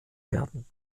werden